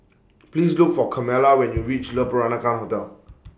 Please Look For Carmela when YOU REACH Le Peranakan Hotel